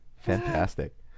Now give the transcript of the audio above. fantastic